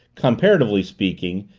comparatively speaking,